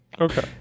okay